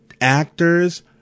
actors